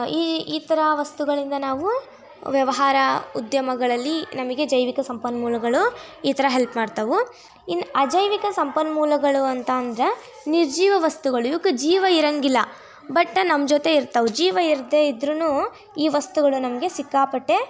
ಈ ಈ ಥರ ವಸ್ತುಗಳಿಂದ ನಾವು ವ್ಯವಹಾರ ಉದ್ಯಮಗಳಲ್ಲಿ ನಮಗೆ ಜೈವಿಕ ಸಂಪನ್ಮೂಲಗಳು ಈ ಥರ ಹೆಲ್ಪ್ ಮಾಡ್ತಾವೆ ಇನ್ನು ಅಜೈವಿಕ ಸಂಪನ್ಮೂಲಗಳು ಅಂತ ಅಂದ್ರೆ ನಿರ್ಜೀವ ವಸ್ತುಗಳು ಇವಕ್ಕೆ ಜೀವ ಇರೊಂಗಿಲ್ಲ ಬಟ್ ನಮ್ಮ ಜೊತೆ ಇರ್ತವೆ ಜೀವ ಇರದೇ ಇದ್ರೂ ಈ ವಸ್ತುಗಳು ನಮಗೆ ಸಿಕ್ಕಾಪಟ್ಟೆ